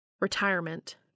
Retirement